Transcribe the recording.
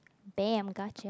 damn gotcha